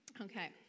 Okay